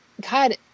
God